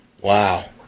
Wow